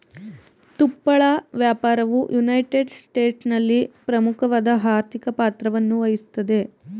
ತುಪ್ಪಳ ವ್ಯಾಪಾರವು ಯುನೈಟೆಡ್ ಸ್ಟೇಟ್ಸ್ನಲ್ಲಿ ಪ್ರಮುಖವಾದ ಆರ್ಥಿಕ ಪಾತ್ರವನ್ನುವಹಿಸ್ತದೆ